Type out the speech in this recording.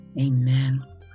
Amen